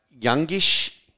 Youngish